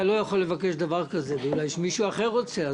אתה לא יכול לבקש דבר כזה כי אולי מישהו אחר רוצה.